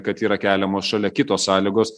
kad yra keliamos šalia kitos sąlygos